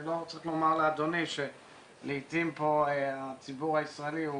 אני לא צריך לומר לאדוני שלעתים פה הציבור הישראלי הוא